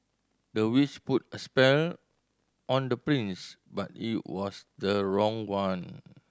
the witch put a spell on the prince but it was the wrong one